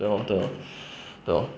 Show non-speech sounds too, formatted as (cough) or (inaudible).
对 lor 对 lor (breath) 对 lor